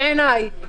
בעיניי,